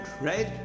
right